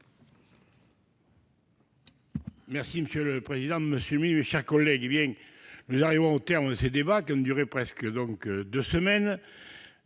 vote. Monsieur le président, monsieur le secrétaire d'État, mes chers collègues, nous arrivons au terme de ces débats, qui ont duré presque deux semaines,